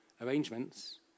arrangements